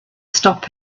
stop